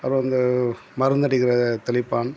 அப்புறம் இந்த மருந்தடிக்கிற தெளிப்பான்